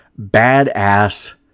badass